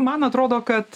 man atrodo kad